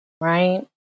right